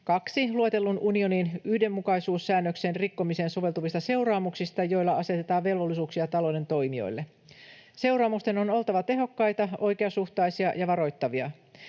2 luetellun unionin yhdenmukaisuussäännöksen rikkomiseen soveltuvista seuraamuksista, joilla asetetaan velvollisuuksia talouden toimijoille. Seuraamusten on oltava tehokkaita, oikeasuhtaisia ja varoittavia.